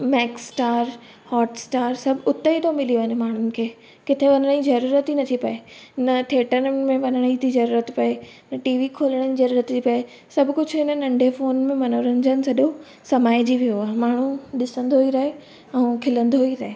Maxstar Hotstar सभु उते ई थो मिली वञे माण्हुनि खे किथे वञण जी ज़रूरत ई नथी पए न थिएटरनि में वञण जी ज़रूरत पए न टी वी खोलण जी ज़रूरत थी पए सभु कुझु इन नंढे फ़ोन में मनोरंजन सॼो समाइजी वियो आहे माण्हू ॾिसंदो ई रहे ऐं खिलंदो ई रहे